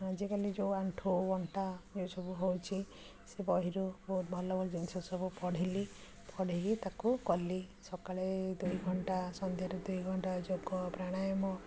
ଆଜିକାଲି ଯେଉଁ ଆଣ୍ଠୁ ଅଣ୍ଟା ଏସବୁ ହେଉଛି ସେ ବହିରୁ ବହୁତ ଭଲ ଭଲ ଜିନିଷ ସବୁ ପଢ଼ିଲି ପଢ଼ିକି ତାକୁ କଲି ସକାଳେ ଦୁଇ ଘଣ୍ଟା ସନ୍ଧ୍ୟାରେ ଦୁଇ ଘଣ୍ଟା ଯୋଗ ପ୍ରାଣାୟାମ